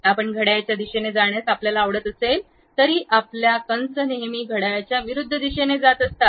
आपण घड्याळाच्या दिशेने जाण्यास आवडत असले तरी आपल्या कंस नेहमी घड्याळाच्या विरुद्ध दिशेने जात असतात